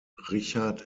richard